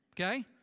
okay